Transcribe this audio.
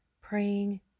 praying